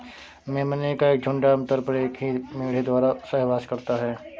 मेमने का एक झुंड आम तौर पर एक ही मेढ़े द्वारा सहवास करता है